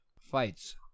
fights